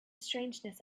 strangeness